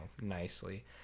nicely